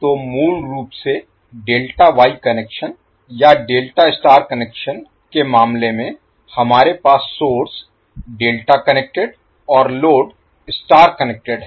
तो मूल रूप से डेल्टा वाई कनेक्शन या डेल्टा स्टार कनेक्शन के मामले में हमारे पास सोर्स डेल्टा कनेक्टेड और लोड स्टार कनेक्टेड है